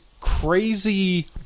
crazy